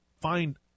find